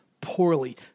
poorly